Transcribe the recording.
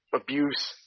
abuse